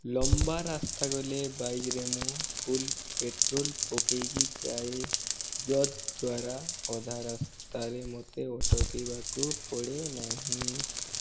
ଲମ୍ବା ରାସ୍ତା ଗଲେ ବାଇକ୍ରେ ମୁଁ ଫୁଲ୍ ପେଟ୍ରୋଲ୍ ପକାଇକି ଯାଏ ଯଦ୍ଦ୍ଵାରା ଅଧା ରାସ୍ତାରେ ମୋତେ ଅଟକିବାକୁ ପଡ଼େନାହିଁ